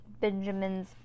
Benjamin's